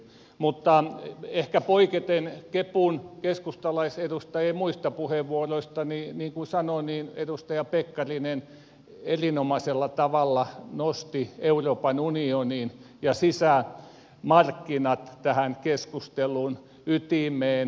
mutta ehkä poiketen keskustalaisedustajien muista puheenvuoroista niin kuin sanoin edustaja pekkarinen erinomaisella tavalla nosti euroopan unionin ja sisämarkkinat tähän keskustelun ytimeen